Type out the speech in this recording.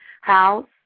house